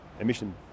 emission